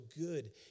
good